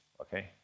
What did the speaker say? okay